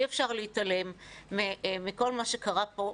אי אפשר להתעלם מכל מה שקרה פה,